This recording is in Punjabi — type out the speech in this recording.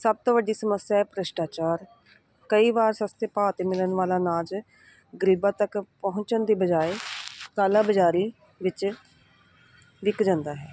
ਸਭ ਤੋਂ ਵੱਡੀ ਸਮੱਸਿਆ ਭ੍ਰਿਸ਼ਟਾਚਾਰ ਕਈ ਵਾਰ ਸਸਤੇ ਭਾਅ 'ਤੇ ਮਿਲਣ ਵਾਲਾ ਅਨਾਜ ਗਰੀਬਾਂ ਤੱਕ ਪਹੁੰਚਣ ਦੀ ਬਜਾਏ ਕਾਲਾ ਬਜ਼ਾਰੀ ਵਿੱਚ ਵਿਕ ਜਾਂਦਾ ਹੈ